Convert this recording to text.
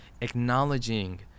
acknowledging